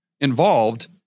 involved